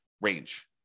range